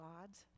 God's